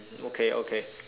okay okay